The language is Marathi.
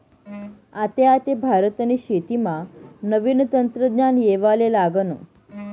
आते आते भारतनी शेतीमा नवीन तंत्रज्ञान येवाले लागनं